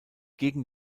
gegen